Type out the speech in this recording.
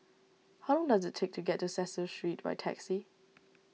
how long does it take to get to Cecil Street by taxi